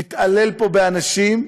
מתעלל פה באנשים.